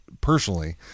personally